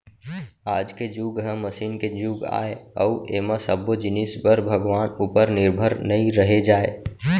आज के जुग ह मसीन के जुग आय अउ ऐमा सब्बो जिनिस बर भगवान उपर निरभर नइ रहें जाए